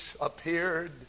appeared